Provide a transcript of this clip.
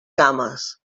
cames